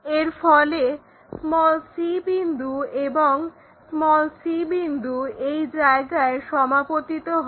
এর ফলে c বিন্দু এবং c বিন্দু এই জায়গায় সমাপতিত হয়